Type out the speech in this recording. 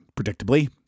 predictably